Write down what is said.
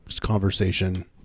conversation